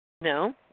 No